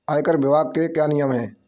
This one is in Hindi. आयकर विभाग के क्या नियम हैं?